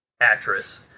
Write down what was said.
actress